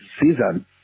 season